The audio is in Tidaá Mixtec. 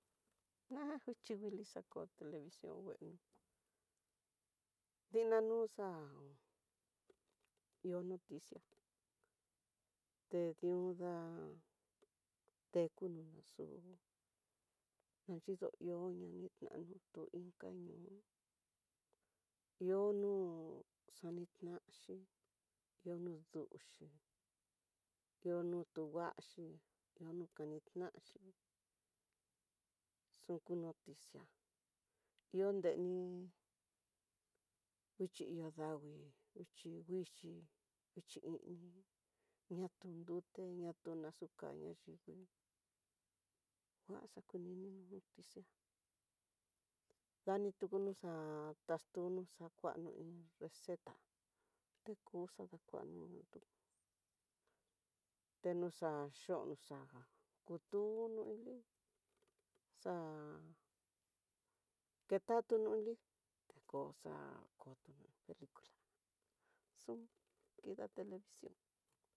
Nachunguili ako televición ngueno, dinanu xa'á ihó noticia, te di'ó da'á tukuno naxu nanxhido ihó nanitano to inka no ihó no xoinaxhi, iho duxhi ihó nu tuaxhi iho kanitanxhi xuyu noticia, ihó nreni nguixhi ihó dangui, nguixhi nguixhi, nguixhi ini ña tun ndute ña tió azucar nayivi kuan xakunini noticia dani tuno xa'á, taxtu xakuano iin rexedta tekuxa dakuanotu tenuxa xhionoxa'a kutuno ili xa'á, ketato nuli nrekoxa kotono pelicula xun kida televición.